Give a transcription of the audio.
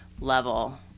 level